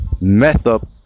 method